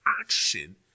action